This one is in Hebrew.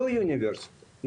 לא אוניברסיטאות,